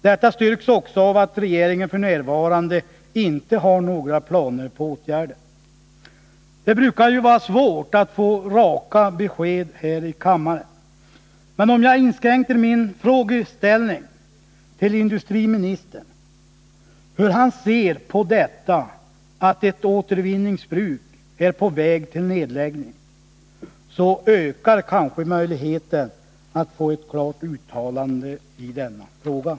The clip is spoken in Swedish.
Detta styrks också av att regeringen f. n. inte har några planer på att vidta åtgärder. Det brukar vara svårt att få raka besked här i kammaren, men om jag inskränker min fråga till industriministern till att gälla hur han ser på detta att ett återvinningsbruk är på väg mot nedläggning, så ökar kanske möjligheten att få ett klart uttalande i frågan.